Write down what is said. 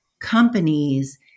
companies